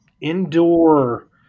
indoor